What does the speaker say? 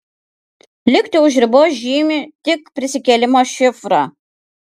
likti už ribos žymi tik prisikėlimo šifrą